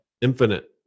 Infinite